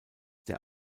der